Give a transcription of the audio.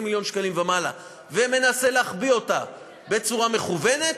מיליון שקלים ומעלה ומנסה להחביא אותה בצורה מכוונת,